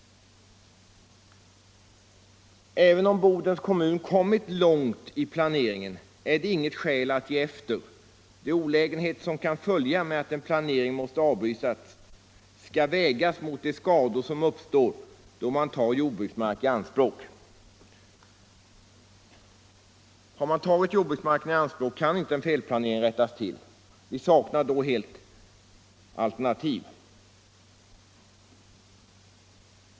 Även om Bodens kommun kommit långt i planeringen är det inget skäl att ge efter. De olägenheter som kan följa med att en planering måste avbrytas skall vägas mot de skador som uppstår då man tar jordbruksmark i anspråk. Har man tagit jordbruksmark i anspråk kan inte en felplanering rättas till. Vi saknar då helt alternativ.